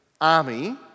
army